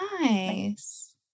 nice